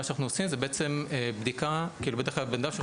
מה שאנחנו עושים זה בעצם בדיקה כאילו בטח הבן אדם שנותן